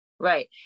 Right